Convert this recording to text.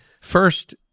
First